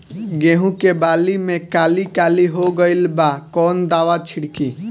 गेहूं के बाली में काली काली हो गइल बा कवन दावा छिड़कि?